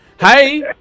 Hey